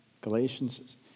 Galatians